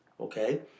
Okay